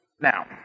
Now